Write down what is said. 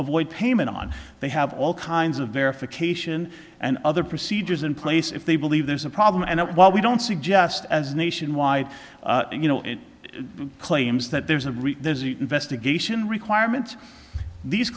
avoid payment on they have all kinds of verification and other procedures in place if they believe there's a problem and while we don't suggest as nationwide you know it claims that there's a real investigation requirement these